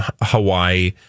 Hawaii